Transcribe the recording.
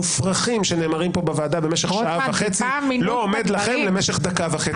אז רואים לכם, זה ברור לגמרי, ולא ניתן לזה לעבור.